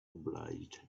obliged